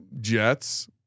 Jets